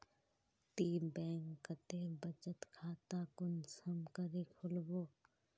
ती बैंक कतेक बचत खाता कुंसम करे खोलबो?